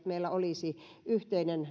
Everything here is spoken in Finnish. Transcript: meillä olisi yhteinen